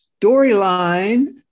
Storyline